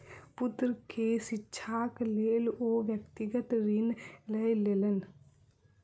पुत्र के शिक्षाक लेल ओ व्यक्तिगत ऋण लय लेलैन